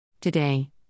Today